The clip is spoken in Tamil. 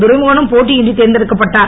துரைமுருகனும் போட்டியின்றி தேர்ந்தெடுக்கப்பட்டார்